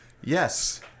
Yes